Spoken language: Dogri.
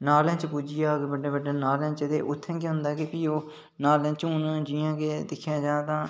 नाले च पुज्जी जाह्ग बड्डे बड्डे नाले च उत्थै केह् होंदा कि जियां कि ओह् नाले च जियां कि दिक्खेआ जा